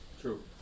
true